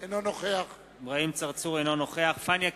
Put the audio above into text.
אינו נוכח פניה קירשנבאום,